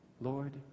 Lord